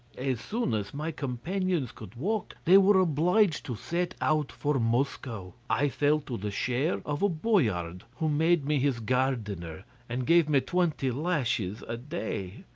as soon as my companions could walk, they were obliged to set out for moscow. i fell to the share of a boyard who made me his gardener, and gave me twenty lashes a day.